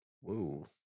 Whoa